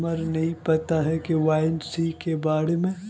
हमरा नहीं पता के.वाई.सी के बारे में?